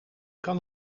kan